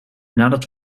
nadat